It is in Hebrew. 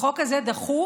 בחוק הזה דחוף